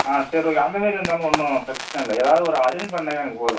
ஆ சரி ஓகே அந்தமாரி இருந்தாலும் ஒன்றும் பிரச்சனை இல்லை ஏதாவது ஒரு அரேஞ்ச் பண்ணாலே எனக்கு போதும்